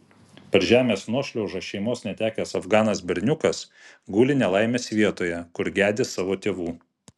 per žemės nuošliaužą šeimos netekęs afganas berniukas guli nelaimės vietoje kur gedi savo tėvų